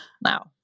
now